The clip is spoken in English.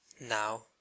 Now